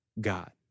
God